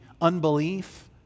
unbelief